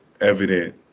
evident